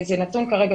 זה נתון שכרגע